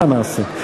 מה נעשה?